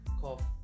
Cough